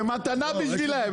זו מתנה בשבילם,